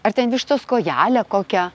ar ten vištos kojelę kokia